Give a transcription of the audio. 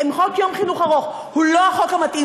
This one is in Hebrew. יום חינוך ארוך הוא לא החוק המתאים,